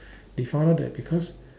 they found out that because